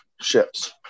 ships